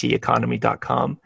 economy.com